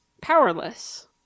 powerless